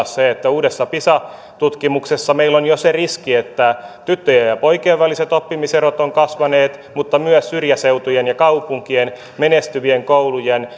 se että uuden pisa tutkimuksen mukaan meillä on jo se riski että tyttöjen ja poikien väliset oppimiserot ovat kasvaneet ja myös syrjäseutujen ja kaupunkien menestyvien koulujen